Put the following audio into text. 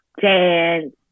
dance